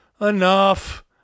enough